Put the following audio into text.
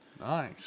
Nice